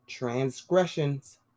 Transgressions